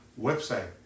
website